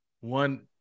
one